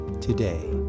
today